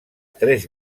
tres